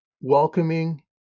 welcoming